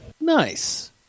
Nice